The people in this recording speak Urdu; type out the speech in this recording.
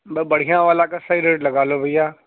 بہ بڑھیا والا کا صحیح ریٹ لگا لو بھیا